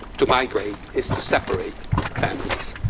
to migrate is to separate families.